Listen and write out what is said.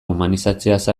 humanizatzeaz